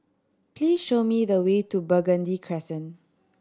please show me the way to Burgundy Crescent